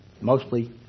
mostly